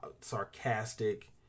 sarcastic